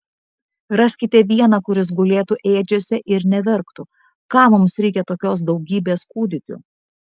raskite vieną kuris gulėtų ėdžiose ir neverktų kam mums reikia tokios daugybės kūdikių